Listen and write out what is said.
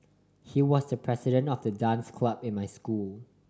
he was the president of the dance club in my school